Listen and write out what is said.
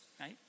right